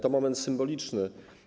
To moment symboliczny.